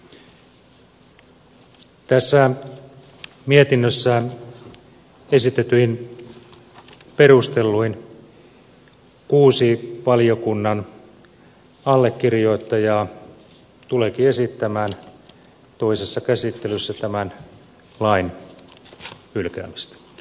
tässä mietinnössä esitetyin perusteluin kuusi valiokunnan allekirjoittajaa tuleekin esittämään toisessa käsittelyssä tämän lain hylkäämistä